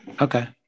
Okay